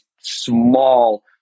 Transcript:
small